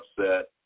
upset